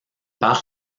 par